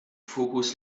fokus